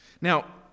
Now